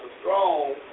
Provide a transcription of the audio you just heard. strong